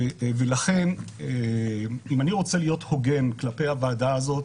ולכן, אם אני רוצה להיות הוגן כלפי הוועדה הזאת,